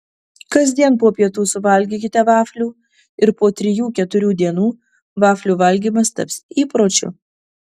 kasdien po pietų suvalgykite vaflių ir po trijų keturių dienų vaflių valgymas taps įpročiu